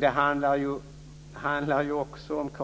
Det handlar också om att